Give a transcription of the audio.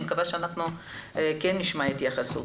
אני מקווה שכן נשמע התייחסות.